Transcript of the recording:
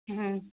हुँ